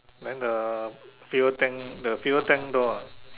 then the fuel tank the fuel tank door ah